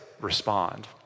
respond